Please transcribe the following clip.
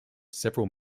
several